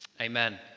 Amen